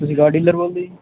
ਤੁਸੀਂ car dealer ਬੋਲਦੇ ਜੀ